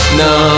no